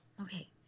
Okay